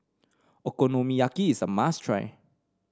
Okonomiyaki is a must try